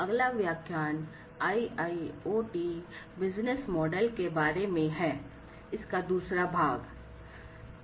अगला व्याख्यान IIoT business model के बारे में है जो कि इसका दूसरा भाग है